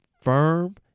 firm